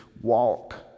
walk